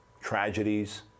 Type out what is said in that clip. tragedies